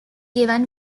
given